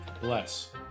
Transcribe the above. Bless